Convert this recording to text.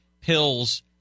pills